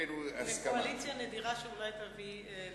קואליציה נדירה שאולי תביא לשינוי.